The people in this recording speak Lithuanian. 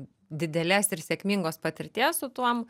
didelės ir sėkmingos patirties su tuom